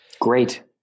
Great